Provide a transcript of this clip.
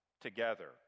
together